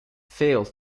fail